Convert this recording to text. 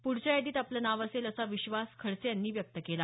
पुढच्या यादीत आपलं नाव असेल असा विश्वास खडसे यांनी व्यक्त केला